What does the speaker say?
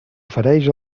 ofereix